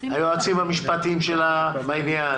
היועצים המשפטיים שלה בעניין,